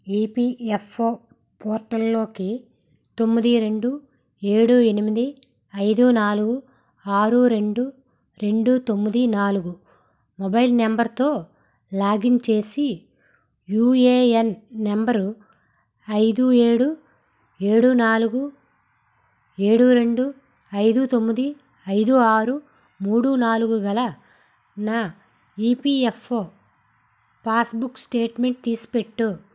EPFO పోర్టల్లోకి తొమ్మిది రెండు ఏడు ఎనిమిది ఐదు నాలుగు ఆరు రెండు రెండు తొమ్మిది నాలుగు మొబైల్ నంబరుతో లాగిన్ చేసి యూఎయన్ నంబర్ ఐదు ఏడు ఏడు నాలుగు ఏడు రెండు ఐదు తొమ్మిది ఐదు ఆరు మూడు నాలుగు గల నా ఇపియఫ్ఓ పాస్బుక్ స్టేట్మెంట్ తీసిపెట్టు